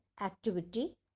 activity